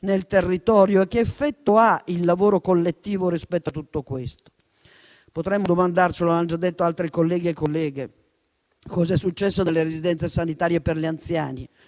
nel territorio e che effetto ha il lavoro collettivo rispetto a tutto questo? Potremmo domandarci - lo hanno già detto altri colleghi e colleghe - cos'è successo nelle residenze sanitarie per gli anziani